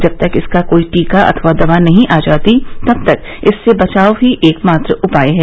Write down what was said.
जब तक इसका कोई टीका अथवा दवा नहीं आ जाती तब तक इससे बचाव ही एकमात्र उपाय है